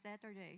Saturday